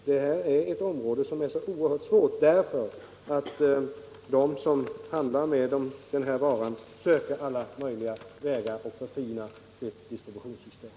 Det här området är så oerhört svårt därför att de som handlar med den här varan söker alla möjliga vägar för att förfina sitt distributionssystem.